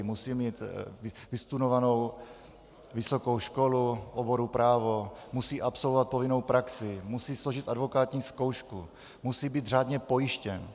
Musí mít vystudovanou vysokou školu v oboru právo, musí absolvovat povinnou praxi, musí složit advokátní zkoušku, musí být řádně pojištěn.